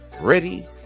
ready